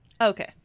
Okay